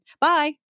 bye